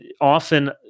often